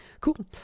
Cool